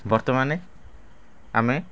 ବର୍ତ୍ତମାନ ଆମେ